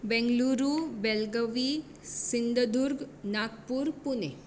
Bengaluru Belagavi Sindhudurg Nagpur Pune